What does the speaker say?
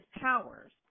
powers